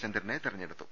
ചന്ദ്രനെ തെരഞ്ഞെടുത്തു